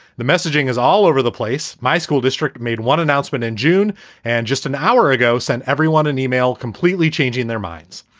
the messaging is all over the place. my school district made one announcement in june and just an hour ago send everyone an email completely changing their minds.